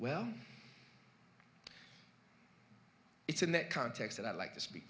well it's in that context and i'd like to speak